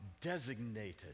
designated